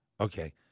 Okay